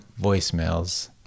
voicemails